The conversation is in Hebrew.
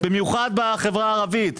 במיוחד בחברה הערבית.